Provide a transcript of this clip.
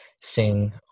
sing